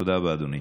תודה רבה, אדוני.